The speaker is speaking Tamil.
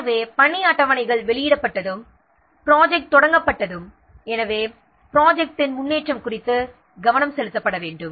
எனவே பணி அட்டவணைகள் வெளியிடப்பட்டதும் ப்ராஜெக்ட் தொடங்கப்பட்டதும் ப்ராஜெக்ட்டின் முன்னேற்றத்தில் கவனம் செலுத்தப்பட வேண்டும்